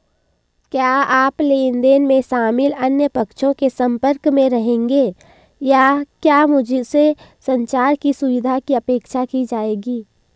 क्या आप लेन देन में शामिल अन्य पक्षों के संपर्क में रहेंगे या क्या मुझसे संचार की सुविधा की अपेक्षा की जाएगी?